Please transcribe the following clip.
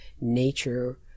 nature